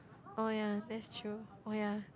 oh ya that's true